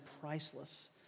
priceless